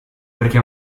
perché